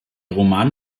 roman